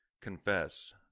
confess